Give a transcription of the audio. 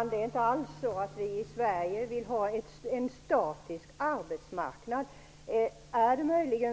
Herr talman! Vi vill inte alls ha en statisk arbetsmarknad i Sverige.